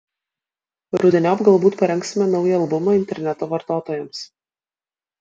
rudeniop galbūt parengsime naują albumą interneto vartotojams